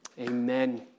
Amen